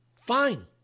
fine